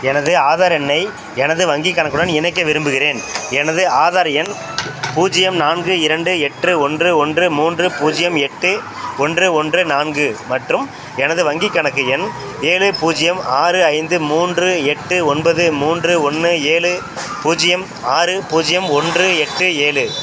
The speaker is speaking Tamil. எனது ஆதார் எண்ணை எனது வங்கிக் கணக்குடன் இணைக்க விரும்புகிறேன் எனது ஆதார் எண் பூஜ்ஜியம் நான்கு இரண்டு எட்டு ஒன்று ஒன்று மூன்று பூஜ்ஜியம் எட்டு ஒன்று ஒன்று நான்கு மற்றும் எனது வங்கிக் கணக்கு எண் ஏழு பூஜ்ஜியம் ஆறு ஐந்து மூன்று எட்டு ஒன்பது மூன்று ஒன்னு ஏழு பூஜ்ஜியம் ஆறு பூஜ்ஜியம் ஒன்று எட்டு ஏழு